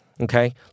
okay